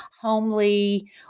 homely